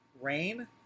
rain